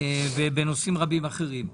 ובנושאים רבים אחרים.